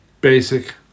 basic